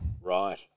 Right